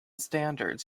standards